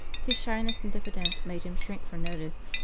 his shyness and diffidence made him shrink from notice,